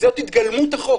זאת התגלמות החוק.